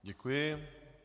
Děkuji.